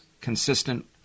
consistent